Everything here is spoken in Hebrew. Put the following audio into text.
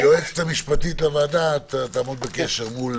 היועצת המשפטית של הוועדה תעמוד בקשר מול